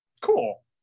Cool